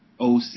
OC